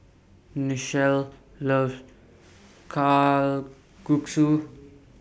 Nichelle loves Kalguksu